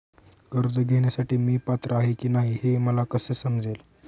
कर्ज घेण्यासाठी मी पात्र आहे की नाही हे मला कसे समजेल?